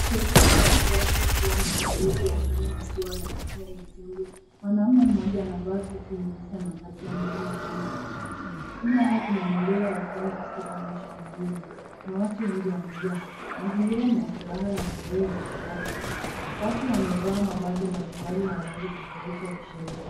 Sherehe ya siasa ikiwa na viongozi wa KANU wakiwa na kofia nyekundu, mwanamume mmoja anavaa suti nyeusi anampatia mwingine alama ya chama, nyuma yao kuna bendera ya Kenya African National Union na watu wengi wamejaa, mazingira ni ya furaha na sherehe za kisasa, watu wamevaa mavazi mbalimbali ya rangi tofauti wakisherehekea.